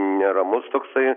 neramus toksai